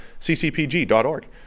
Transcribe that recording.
ccpg.org